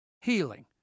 healing